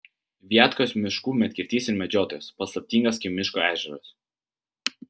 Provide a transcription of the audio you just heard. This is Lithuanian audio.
viatkos miškų medkirtys ir medžiotojas paslaptingas kaip miško ežeras